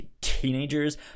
teenagers